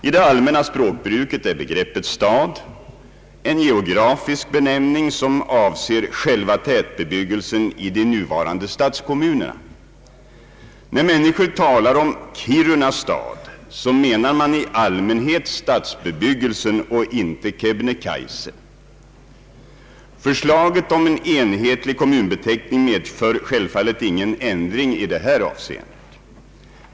I det allmänna språkbruket är begreppet stad en geografisk benämning som avser själva tätbebyggelsen i de nuvarande stadskommunerna. När man talar om Kiruna stad menar man i allmänhet stadsbebyggelsen och inte Kebnekajse. Förslaget om en enhetlig kommunbeteckning medför självfallet ingen ändring i detta avseende.